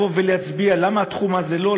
לבוא ולהצביע למה התחום הזה לא,